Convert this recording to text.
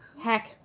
Heck